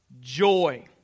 joy